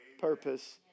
purpose